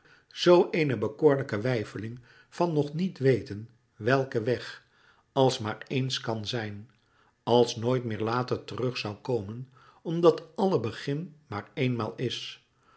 zoo eene bekoorlijke weifeling van nog niet weten welken weg als maar ééns kan zijn als nooit meer later terug zoû komen omdat alle begin maar éénmaal is